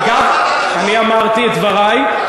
אגב, אני אמרתי את דברי.